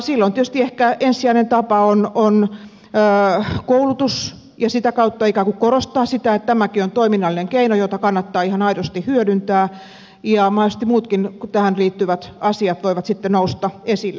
silloin tietysti ehkä ensisijainen tapa on koulutus ja sitä kautta ikään kuin sen korostaminen että tämäkin on toiminnallinen keino jota kannattaa ihan aidosti hyödyntää ja mahdollisesti muutkin tähän liittyvät asiat voivat sitten nousta esille